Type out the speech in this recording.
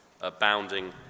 abounding